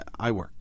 iWork